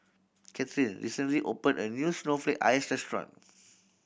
Kathern recently opened a new snowflake ice restaurant